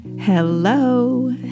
Hello